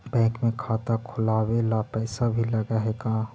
Bank में खाता खोलाबे ल पैसा भी लग है का?